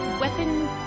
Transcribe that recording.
weapon